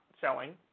selling